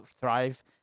thrive